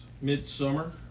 Midsummer